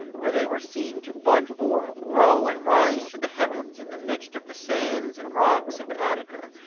where they were seen to bud forth, grow, and rise to the heavens, in the midst of the sands and rocks of attica,